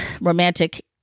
romantic